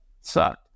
sucked